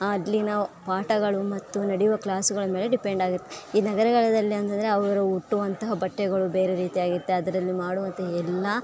ಆಗಲಿ ನಾವು ಪಾಠಗಳು ಮತ್ತು ನೆಡೆಯುವ ಕ್ಲಾಸುಗಳ ಮೇಲೆ ಡಿಪೆಂಡ್ ಆಗಿರ್ ಈ ನಗರಗಳಲ್ಲಿ ಅಂದರೆ ಅವರು ಉಟ್ಟುವಂತಹ ಬಟ್ಟೆಗಳು ಬೇರೆ ರೀತಿ ಆಗಿರ್ತದೆ ಅದರಲ್ಲಿ ಮಾಡುವಂಥ ಎಲ್ಲ